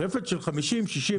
רפת של 50-60 פרות, פחות.